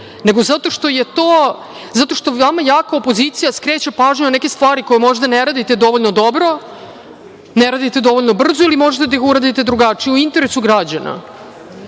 faktor, nego zato što vama jaka opozicija skreće pažnju na neke stvari koje možda ne radite dovoljno dobro, ne radite dovoljno brzo ili možete da ih uradite drugačije, u interesu